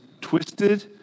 twisted